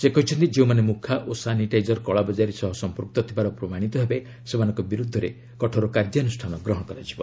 ସେ କହିଛନ୍ତି ଯେଉଁମାନେ ମୁଖା ଓ ସାନିଟାଇଜର୍ କଳାବଜାରୀ ସହ ସମ୍ପୃକ୍ତ ଥିବାର ପ୍ରମାଣିତ ହେବେ ସେମାନଙ୍କ ବିରୁଦ୍ଧରେ କଠୋର କାର୍ଯ୍ୟାନୁଷ୍ଠାନ ଗ୍ରହଣ କରାଯିବ